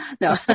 No